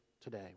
today